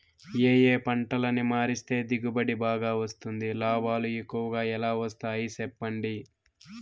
ఏ ఏ పంటలని మారిస్తే దిగుబడి బాగా వస్తుంది, లాభాలు ఎక్కువగా ఎలా వస్తాయి సెప్పండి